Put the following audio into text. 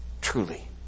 truly